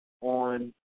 on